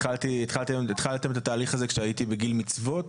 התחלתם את התהליך הזה כאשר הייתי בגיל מצוות,